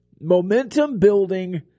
momentum-building